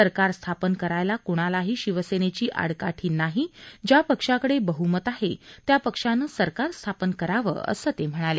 सरकार स्थापन करायला कृणालाही शिवसेनेची आडकाठी नाही ज्या पक्षाकडे बहमत आहे त्या पक्षानं सरकार स्थापन करावं असं ते म्हणाले